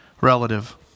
relative